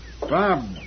Bob